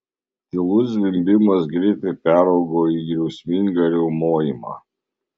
tylus zvimbimas greitai peraugo į griausmingą riaumojimą